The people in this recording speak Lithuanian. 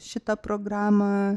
šitą programą